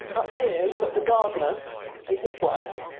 up here, we've got the gardener and his wife,